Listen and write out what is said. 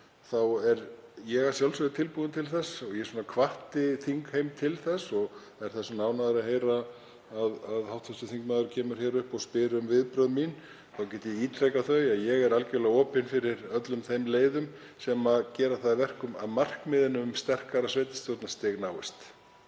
er ég að sjálfsögðu tilbúinn til þess. Ég hvatti þingheim til þess og er þess vegna ánægður að heyra að hv. þingmaður kemur hingað upp og spyr um viðbrögð mín. Þá get ég ítrekað þau; ég er algerlega opinn fyrir öllum þeim leiðum sem gera það að verkum að markmiðin um sterkara sveitarstjórnarstig náist.